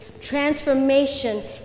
Transformation